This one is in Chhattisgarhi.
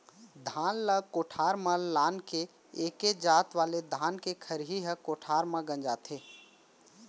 धान ल कोठार म लान के एके जात वाले धान के खरही ह कोठार म गंजाथे